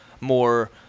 more